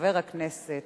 חבר הכנסת